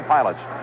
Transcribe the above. Pilots